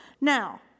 now